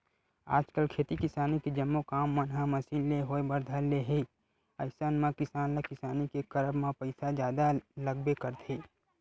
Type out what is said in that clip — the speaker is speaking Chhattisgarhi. आजकल खेती किसानी के जम्मो काम मन ह मसीन ले होय बर धर ले हे अइसन म किसान ल किसानी के करब म पइसा जादा लगबे करथे